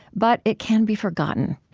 but it can be forgotten.